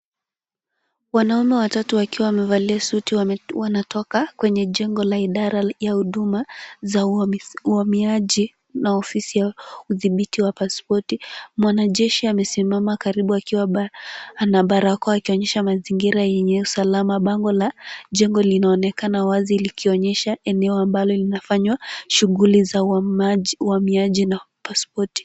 Wanaume watatu wakiwa wamevalia suti wanatoka kwenye jengo la idara ya huduma za uhamiaji na ofisi ya kudhibiti wa pasipoti .Mwanajeshi amesimama karibu akiwa na barakoa akionyesha mazingira yenye usalama. Bango la jengo linaonekana wazi likionyesha eneo ambalo linafanya shughuli za uhamiaji na pasipoti.